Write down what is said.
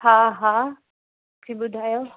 हा हा जी ॿुधायो